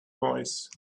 voice